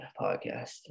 podcast